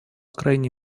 крайней